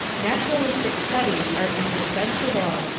naturalistic studies are indispensable,